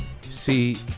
See